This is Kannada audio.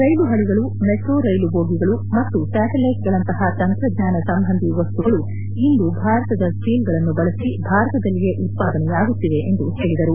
ರೈಲು ಹಳಗಳು ಮೆಟ್ರೋ ರೈಲು ಜೋಗಿಗಳು ಮತ್ತು ಸ್ಥಾಟಲೈಟ್ ಗಳಂತಹ ತಂತ್ರಜ್ಞಾನ ಸಂಬಂಧಿ ವಸ್ತುಗಳು ಇಂದು ಭಾರತದ ಸ್ವೀಲ್ಗಳನ್ನು ಬಳಸಿ ಭಾರತದಲ್ಲಿಯೇ ಉತ್ಪಾದನೆಯಾಗುತ್ತಿವೆ ಎಂದು ಹೇಳಿದರು